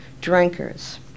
drinkers